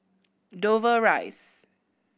Dover Rise